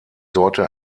sorte